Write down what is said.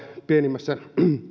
pienimmässä